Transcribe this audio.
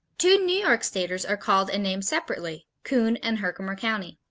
two new york staters are called and named separately, coon and herkimer county.